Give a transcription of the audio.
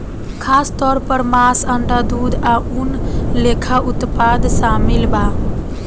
खासतौर पर मांस, अंडा, दूध आ ऊन लेखा उत्पाद शामिल बा